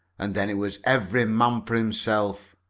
and then it was every man for himself.